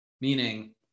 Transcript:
meaning